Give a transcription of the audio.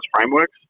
frameworks